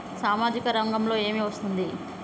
సామాజిక రంగంలో ఏమి వస్తుంది?